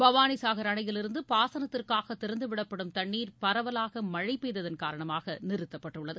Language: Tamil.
பவானிசாகர் அணையிலிருந்து பாசனத்திற்காக திறந்துவிடப்படும் தண்ணீர் பரவலாக மழை பெய்ததன் காரணமாக நிறுத்தப்பட்டுள்ளது